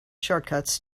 shortcuts